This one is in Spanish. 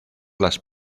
las